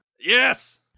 Yes